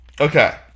okay